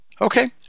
Okay